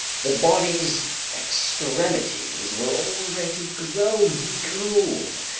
the body's extremities were already growing cold,